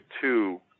two